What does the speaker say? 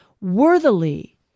worthily